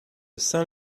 saint